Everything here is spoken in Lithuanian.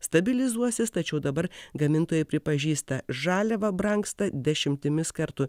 stabilizuosis tačiau dabar gamintojai pripažįsta žaliava brangsta dešimtimis kartų